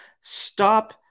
Stop